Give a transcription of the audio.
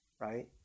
right